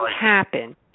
happen